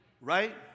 right